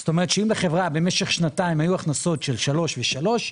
זאת אומרת שאם לחברה במשך שנתיים היו הכנסות של 3 מיליון ו-3 מיליון,